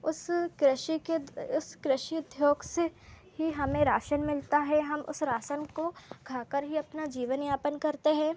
उस कृषि के उस कृषि उद्योग से ही हमें राशन मिलता है हम उस रासन को खाकर ही अपना जीवनयापन करते हैं